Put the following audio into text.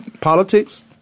politics